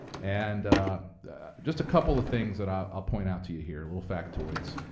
and just a couple of things that i'll ah point out to you here, little factoids.